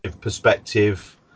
perspective